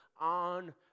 on